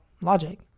Logic